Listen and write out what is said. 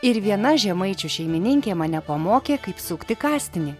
ir viena žemaičių šeimininkė mane pamokė kaip sukti kastinį